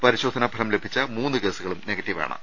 പരിശോധനാ ഫലം ലഭിച്ച മൂന്ന് കേസുകളും നെ ഗറ്റീവ് ആണ്